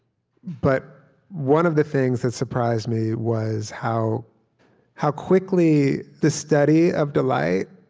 but one of the things that surprised me was how how quickly the study of delight